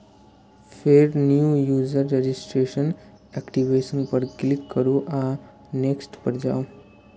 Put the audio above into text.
फेर new user registration, activation पर click करू आ नेक्स्ट पर जाउ